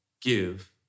give